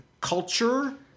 culture